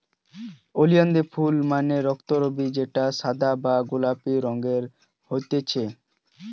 ওলিয়ানদের ফুল মানে রক্তকরবী যেটা সাদা বা গোলাপি রঙের হতিছে